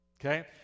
Okay